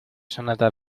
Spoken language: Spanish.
sonata